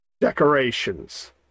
decorations